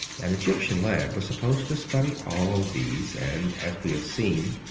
an egyptian lad was supposed to study all these, and as we have seen,